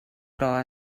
però